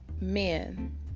men